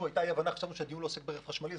חשבנו שהדיון לא עוסק ברכב חשמלי,